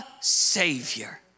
savior